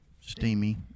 steamy